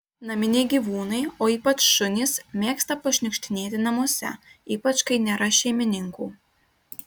naminiai gyvūnai o ypač šunys mėgsta pašniukštinėti namuose ypač kai nėra šeimininkų